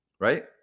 Right